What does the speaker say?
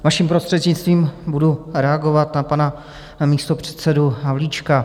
Vaším prostřednictvím, budu reagovat na pana místopředsedu Havlíčka.